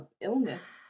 illness